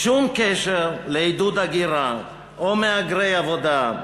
לעידוד הגירה או מהגרי עבודה.